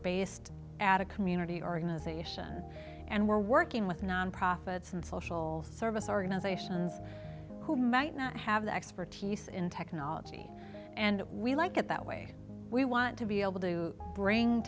based at a community organization and we're working with nonprofits and social service organizations who might not have the expertise in technology and we like it that way we want to be able to bring